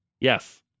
Yes